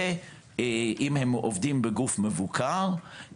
ואם הם עובדים בגוף מבוקר,